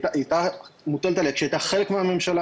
היא הייתה מוטלת עליה כשהיא הייתה חלק מהממשלה,